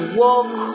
walk